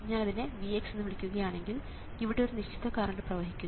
ഞാൻ ഇതിനെ Vx എന്ന് വിളിക്കുകയാണെങ്കിൽ ഇവിടെ ഒരു നിശ്ചിത കറണ്ട് പ്രവഹിക്കുന്നു